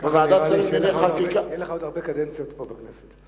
נראה לי שאין לך עוד הרבה קדנציות פה בכנסת.